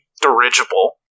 dirigible